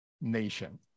nation